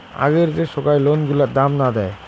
আগের যে সোগায় লোন গুলার দাম না দেয়